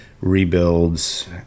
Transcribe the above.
rebuilds